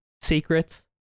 Secrets